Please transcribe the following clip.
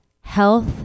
health